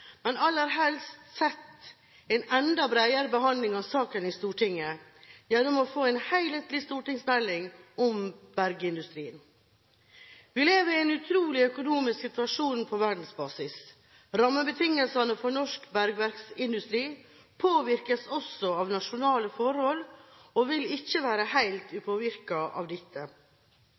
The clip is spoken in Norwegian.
men hadde aller helst sett en enda bredere behandling av saken i Stortinget, gjennom å få en helhetlig stortingsmelding om bergindustrien. Vi har en urolig økonomisk situasjon på verdensbasis. Rammebetingelsene for norsk bergverksindustri påvirkes også av internasjonale forhold og vil ikke være helt upåvirket av dette.